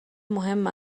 مهم